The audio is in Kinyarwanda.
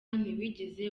ntiwigeze